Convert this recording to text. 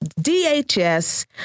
DHS